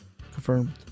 Confirmed